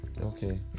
okay